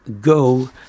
go